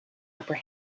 upper